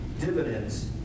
dividends